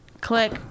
Click